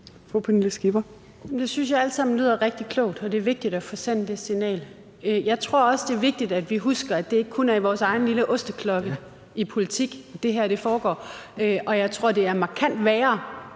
Det synes jeg alt sammen lyder rigtig klogt, og det er vigtigt at få sendt det signal. Jeg tror også, det er vigtigt, at vi husker, at det ikke kun er i vores egen lille osteklokke i politik, det her foregår. Jeg tror, det er markant værre